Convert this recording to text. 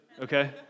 Okay